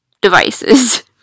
devices